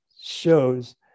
shows